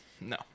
No